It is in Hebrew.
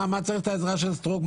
מה צריך את העזרה של סטרוק?